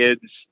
kids